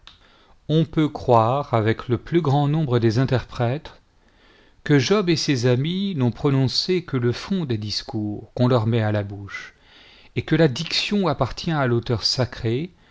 on peut croire avec le plus grand nombre des interprètes que job et ses amis n'ont prononcé que le fond des discours qu'on leur met à la bouche et que la diction appartient à l'auteur sacré